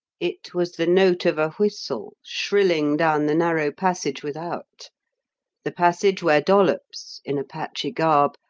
it was the note of a whistle shrilling down the narrow passage without the passage where dollops, in apache garb,